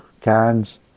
cans